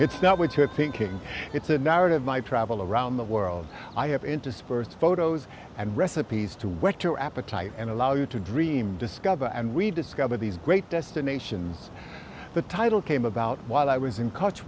it's now which you're thinking it's a narrative my travel around the world i have interspersed photos and recipes to whet your appetite and allow you to dream discover and we discover these great destinations the title came about while i was in college